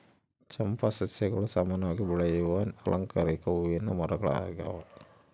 ಚಂಪಾ ಸಸ್ಯಗಳು ಸಾಮಾನ್ಯವಾಗಿ ಬೆಳೆಯುವ ಅಲಂಕಾರಿಕ ಹೂವಿನ ಮರಗಳಾಗ್ಯವ